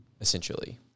essentially